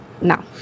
Now